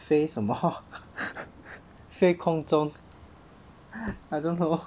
飞什么 hor 飞空中 I don't know